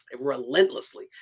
relentlessly